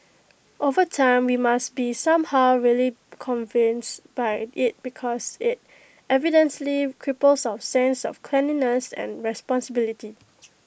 over time we must be somehow really convinced by IT because IT evidently cripples our sense of cleanliness and responsibility